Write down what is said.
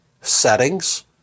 settings